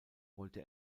wollte